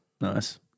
Nice